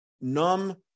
numb